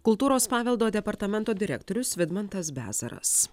kultūros paveldo departamento direktorius vidmantas bezaras